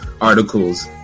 articles